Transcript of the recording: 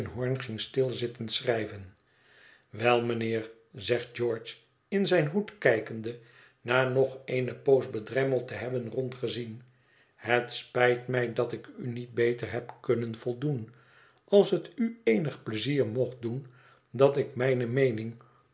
stil zitten schrijven wel mijnheer zegt george in zijn hoed kijkende na nog eene poos bedremmeld te hebben rondgezien het spijt mij dat ik u niet beter heb kunnen voldoen als het u eenig pleizier mocht doen dat ik mijne meening